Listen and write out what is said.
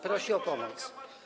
Prosi o pomoc.